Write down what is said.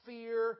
Fear